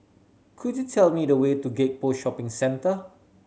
could you tell me the way to Gek Poh Shopping Centre